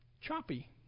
choppy